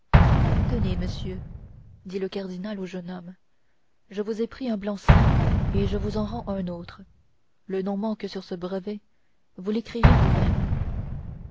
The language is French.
tenez monsieur dit le cardinal au jeune homme je vous ai pris un blanc seing et je vous en rends un autre le nom manque sur ce brevet vous l'écrirez vous-même